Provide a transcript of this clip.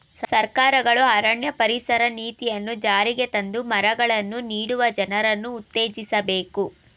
ಸರ್ಕಾರಗಳು ಅರಣ್ಯ ಪರಿಸರ ನೀತಿಯನ್ನು ಜಾರಿಗೆ ತಂದು ಮರಗಳನ್ನು ನೀಡಲು ಜನರನ್ನು ಉತ್ತೇಜಿಸಬೇಕು